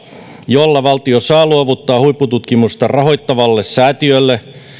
jolla valtio saa luovuttaa huippututkimusta rahoittavalle säätiölle